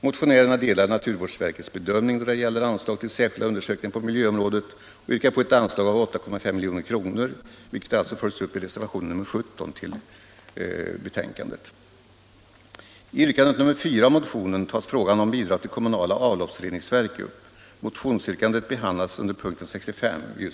Motionärerna delar naturvårdsverkets bedömning då det gäller anslag till särskilda undersökningar på miljöområdet och yrkar på ett anslag av 8,5 milj.kr., vilket alltså följs upp i reservationen 17 till betänkandet.